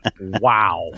Wow